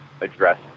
address